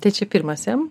tai čia pirmas m